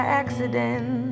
accident